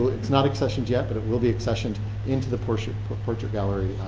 it's not accessioned yet, but it will be accessioned into the portrait portrait gallery.